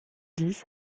dix